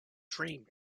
dream